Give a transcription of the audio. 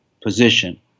position